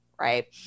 right